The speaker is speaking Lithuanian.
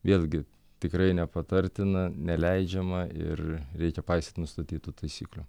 vėl gi tikrai nepatartina neleidžiama ir reikia paisyti nustatytų taisyklių